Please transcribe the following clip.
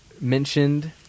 mentioned